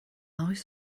oes